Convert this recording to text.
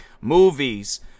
movies